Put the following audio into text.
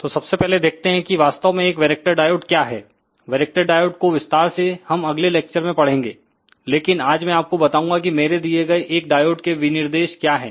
तो सबसे पहले देखते हैं कि वास्तव में एक वैरेक्टर डायोड क्या है वैरेक्टर डायोड को विस्तार से हम अगले लेक्चर में पड़ेंगे लेकिन आज मैं आपको बताऊंगा कि मेरे दिए गए एक डायोड के विनिर्देश क्या है